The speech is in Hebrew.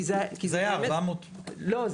כי זה היה 400. לא,